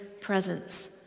presence